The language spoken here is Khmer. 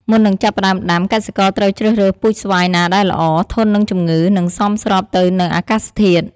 មុននឹងចាប់ផ្ដើមដាំ កសិករត្រូវជ្រើសរើសពូជស្វាយណាដែលល្អ ធន់នឹងជំងឺ និងសមស្របទៅនឹងអាកាសធាតុ។